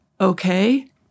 okay